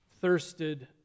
thirsted